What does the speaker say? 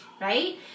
right